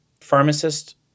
pharmacist